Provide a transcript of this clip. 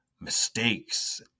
mistakes